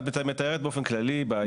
את מתארת באופן כללי בעיות